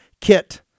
kit